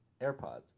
AirPods